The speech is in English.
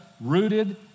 Rooted